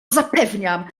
zapewniam